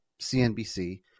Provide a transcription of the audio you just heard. CNBC